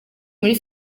muri